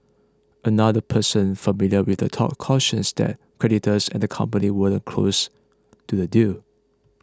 another person familiar with the talks cautions that creditors and the company weren't close to a deal